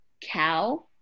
cow